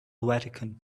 vatican